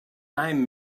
i’m